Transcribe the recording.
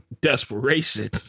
desperation